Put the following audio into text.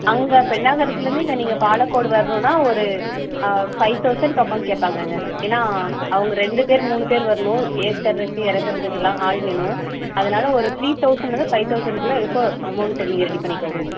அங்கே பென்னாகரத்துலந்து இங்கே நீங்கள் பாலக்கோடு வரணுனா ஒரு ஃபைவ் தௌசண்ட் பக்கம் கேட்பாங்கங்க ஏன்னா அவங்க ரெண்டு பேரு மூணு பேரு வரணும் ஏற்றறுக்கு இறக்கறதுக்கெல்லா ஆள் வேணும் அதனால ஒரு த்ரீ தௌசண்லந்து ஃபைவ் தௌசண்ட் குள்ளே இருக்கும் அமௌன்ட்டு நீங்கள் ரெடி பண்ணிக்கோங்க